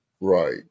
Right